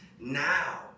now